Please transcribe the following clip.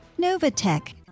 Novatech